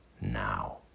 now